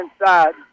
inside